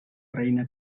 reina